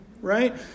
right